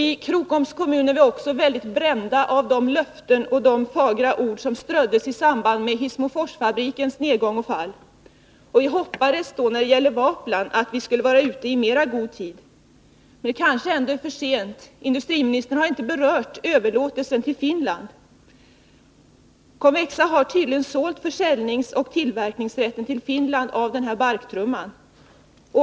I Krokoms kommun är vi mycket brända av de löften och de fagra ord som ströddes i samband med Hissmoforsfabrikens nedgång och fall. Vi hoppades att vi när det gäller Waplans skulle vara ute i god tid, men det kanske ändå är för sent. Industriministern har inte berört överlåtelsen till Finland. Convexa har tydligen till Finland sålt tillverkningsoch försäljningsrätten när det gäller barktrumman.